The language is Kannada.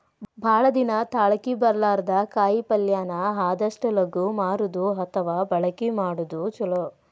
ಭಾಳ ದಿನಾ ತಾಳಕಿ ಬರ್ಲಾರದ ಕಾಯಿಪಲ್ಲೆನ ಆದಷ್ಟ ಲಗು ಮಾರುದು ಅಥವಾ ಬಳಕಿ ಮಾಡುದು ಚುಲೊ